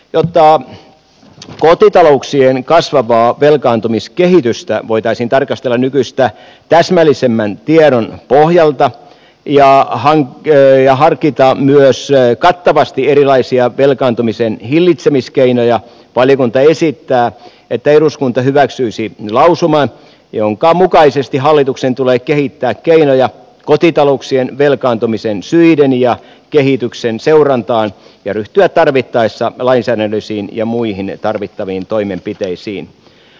jotta kotitalouksien kasvavaa velkaantumiskehitystä voitaisiin tarkastella nykyistä täsmällisemmän tiedon pohjalta ja harkita myös kattavasti erilaisia velkaantumisen hillitsemiskeinoja valiokunta esittää että eduskunta hyväksyisi lausuman jonka mukaisesti hallituksen tulee kehittää keinoja kotitalouksien velkaantumisen syiden ja kehityksen seurantaan ja ryhtyä tarvittaessa lainsäädännöllisiin ja muihin tarvittaviin toimenpiteisiin